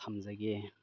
ꯊꯝꯖꯒꯦ